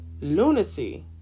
lunacy